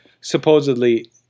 supposedly